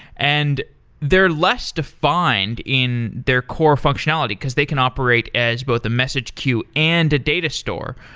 and they're less defined in their core functionality, because they can operate as both a message queue and a data store,